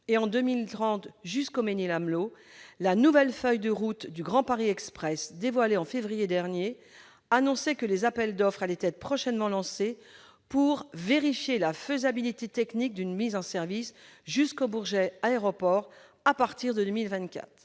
et en 2030 jusqu'au Mesnil-Amelot, la nouvelle feuille de route du Grand Paris Express, dévoilée en février dernier, annonçait que les appels d'offres allaient être prochainement lancés pour vérifier la faisabilité technique d'une mise en service jusqu'au Bourget Aéroport à partir de 2024.